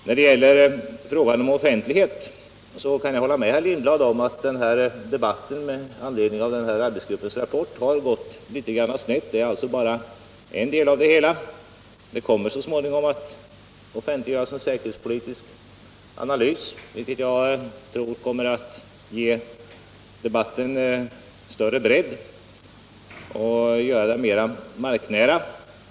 När det gäller frågan om offentlighet kan jag hålla med herr Lindblad om att debatten med anledning av arbetsgruppens rapport har gått litet snett. Den är bara en del av frågan. Det kommer så småningom att offentliggöras en säkerhetspolitisk analys, vilken jag tror kommer att ge debatten större bredd och göra den mer marknära.